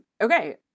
okay